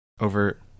Over